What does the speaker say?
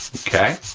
okay?